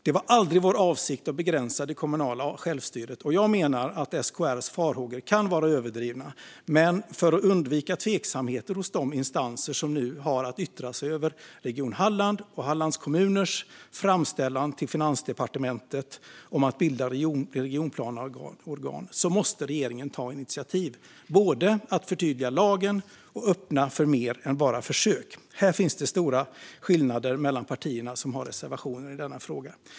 Det var aldrig vår avsikt att begränsa det kommunala självstyret, och jag menar att SKR:s farhågor kan vara överdrivna. Men för att undvika tveksamheter hos de instanser som nu har att yttra sig över Region Hallands och Hallands kommuners framställan till Finansdepartementet om att bilda regionplaneorgan måste regeringen ta initiativ, både till att förtydliga lagen och till att öppna för mer än bara försök. Här finns det stora skillnader mellan de partier som har reservationer i denna fråga.